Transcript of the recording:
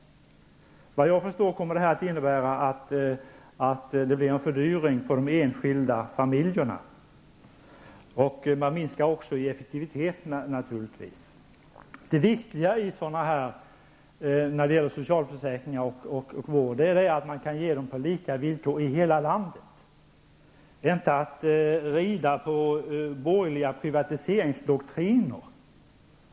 Vad jag förstår kommer förslagen att innebära att det blir en fördyring för de enskilda familjerna. Man minskar naturligtvis också effektiviteten. Det viktiga när det gäller socialförsäkringen och vård är att det är lika villkor i hela landet, inte att rida på några borgerliga privatiseringsdoktriner.